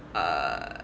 err